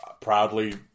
proudly